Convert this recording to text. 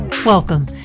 Welcome